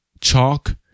chalk